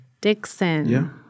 Dixon